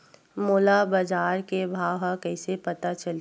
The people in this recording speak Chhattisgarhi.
मोला बजार के भाव ह कइसे पता चलही?